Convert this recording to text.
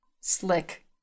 Slick